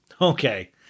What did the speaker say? Okay